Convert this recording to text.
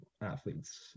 athletes